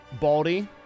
Baldy